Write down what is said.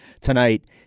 tonight